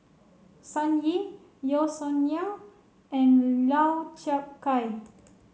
Sun Yee Yeo Song Nian and Lau Chiap Khai